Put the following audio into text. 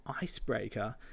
icebreaker